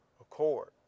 accord